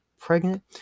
pregnant